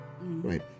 Right